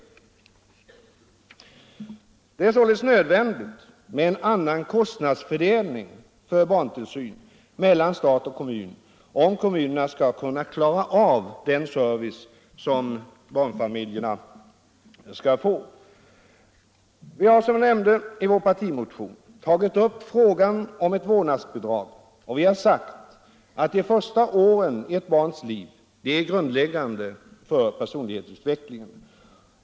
Det är således nödvändigt med en annan kostnadsfördelning för barntillsyn mellan stat och kommun om kommunerna skall kunna klara av den service som barnfamiljerna skall få. Vi har, som jag nämnde, i vår partimotion tagit upp frågan om ett vårdnadsbidrag, och vi har sagt att de första åren i ett barns liv är grundläggande för personlighetsutvecklingen.